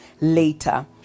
later